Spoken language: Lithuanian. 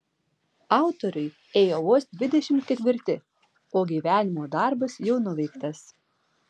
autoriui ėjo vos dvidešimt ketvirti o gyvenimo darbas jau nuveiktas